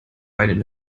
einen